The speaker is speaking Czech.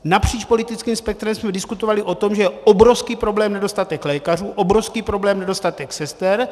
Napříč politickým spektrem jsme diskutovali o tom, že je obrovským problémem nedostatek lékařů, obrovským problémem nedostatek sester.